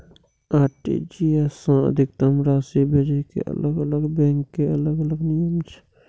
RTGS सं अधिकतम राशि भेजै के अलग अलग बैंक के अलग अलग नियम छै